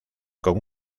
con